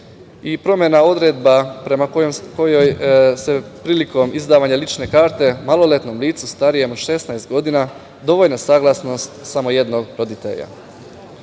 promena odredaba prema kojoj se prilikom izdavanja lične karte maloletnom licu starijem od 16 godina je dovoljna saglasnost samo jednog roditelja.